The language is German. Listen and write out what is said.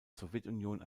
sowjetunion